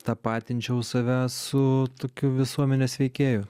tapatinčiau save su tokiu visuomenės veikėju